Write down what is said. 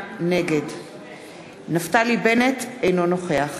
נגד נפתלי בנט, אינו נוכח